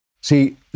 See